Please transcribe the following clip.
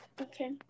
Okay